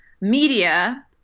media